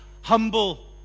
Humble